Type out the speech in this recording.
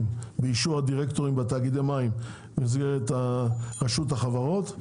באישור הדירקטוריון בתאגיד המים במסגרת רשות החברות,